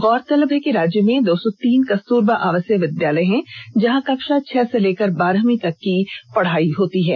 गौरतलब है कि राज्य में दो सौ तीन कस्तूरबा आवासीय विद्यालय हैं जहां कक्षा छह से लेकर बारहवीं तक की पढ़ाई होती है